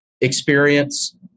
experience